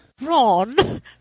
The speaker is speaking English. Ron